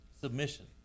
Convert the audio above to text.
Submission